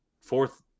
fourth